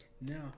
Now